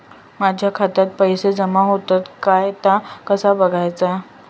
माझ्या खात्यात पैसो जमा होतत काय ता कसा बगायचा?